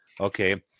Okay